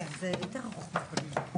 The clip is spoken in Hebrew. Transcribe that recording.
כן, זה יותר ארוך מהקודם.